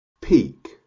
peak